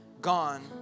gone